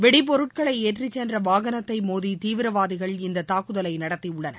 வெடிபொருட்களை ஏற்றிச்சென்ற வாகனத்தை மோதி தீவிரவாதிகள் இந்த தூக்குதலை நடத்தியுள்ளனர்